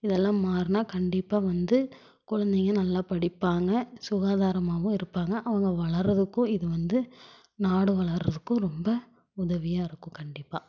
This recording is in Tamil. இது எல்லாம் மாறினா கண்டிப்பாக வந்து குழந்தைங்க நல்லா படிப்பாங்க சுகாதாரமாகவும் இருப்பாங்க அவங்க வளர்கிறதுக்கும் இது வந்து நாடு வளர்கிறதுக்கும் ரொம்ப உதவியாக இருக்கும் கண்டிப்பாக